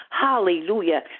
hallelujah